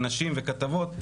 ונשים וכתבות,